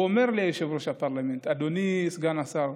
הוא אומר לי, יושב-ראש הפרלמנט: אדוני סגן השר,